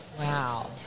wow